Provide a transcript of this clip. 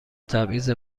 تبعیض